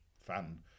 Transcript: fun